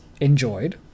enjoyed